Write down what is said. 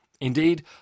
Indeed